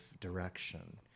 direction